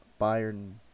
Bayern